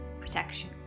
protection